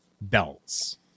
belts